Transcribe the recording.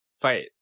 fight